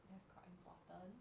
that's quite important